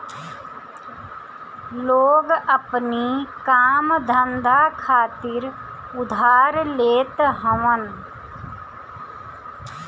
लोग अपनी काम धंधा खातिर उधार लेत हवन